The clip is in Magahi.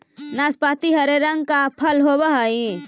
नाशपाती हरे रंग का फल होवअ हई